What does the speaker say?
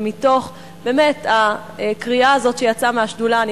ומתוך הקריאה הזאת שיצאה מהשדולה אני